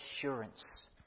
assurance